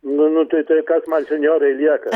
nu nu tai tai kas man senjorui lieka